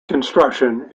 construction